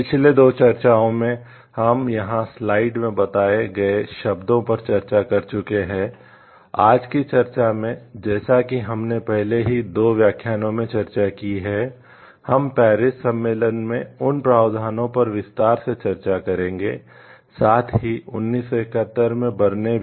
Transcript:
पिछले 2 चर्चाओं में हम यहाँ स्लाइड भी